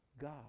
God